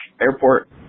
Airport